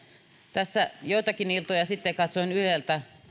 tässä joitakin iltoja sitten katsoin yleltä